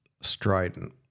Strident